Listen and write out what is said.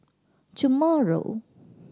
tomorrow